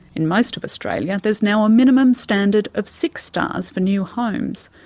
in most of australia there's now a minimum standard of six stars for new homes,